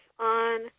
On